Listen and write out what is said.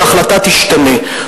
וההחלטה תשתנה.